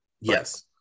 Yes